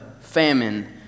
famine